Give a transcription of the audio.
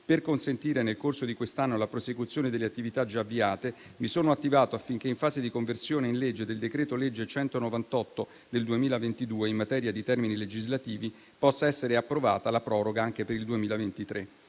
per consentire nel corso di quest'anno la prosecuzione delle attività già avviate, mi sono attivato affinché in fase di conversione in legge del decreto-legge n. 198 del 2022 in materia di termini legislativi possa essere approvata la proroga anche per il 2023.